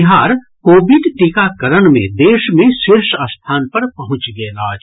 Bihar covid टीकाकरण मे देश मे शीर्ष स्थान पर पहुंचि गेल अछि